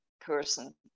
person